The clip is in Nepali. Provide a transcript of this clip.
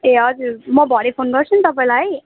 ए हजुर म भरे फोन गर्छु नि तपाईँलाई